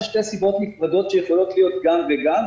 זה שתי סיבות נפרדות שיכולות להיות גם וגם,